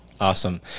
Awesome